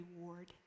reward